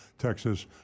Texas